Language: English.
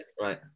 Right